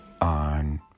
on